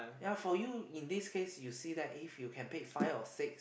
ya for you in this case you see that if you can pick five or six